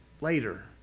later